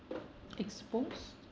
exposed